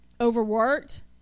overworked